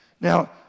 Now